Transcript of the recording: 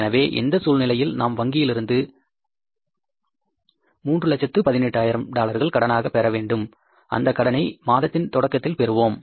எனவே இந்த சூழ்நிலையில் நாம் வங்கியிலிருந்து 3 லட்சத்து 18 ஆயிரம் டாலர்கள் கடனாக பெற வேண்டும் அந்த கடனை மாதத்தின் தொடக்கத்தில் பெறுவோம்